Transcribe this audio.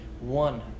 one